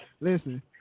Listen